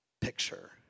picture